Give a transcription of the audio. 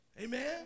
amen